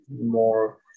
more